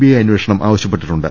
I അന്വേഷണം ആവ ശ്യപ്പെട്ടിട്ടുണ്ട്